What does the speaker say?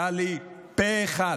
טלי, פה אחד,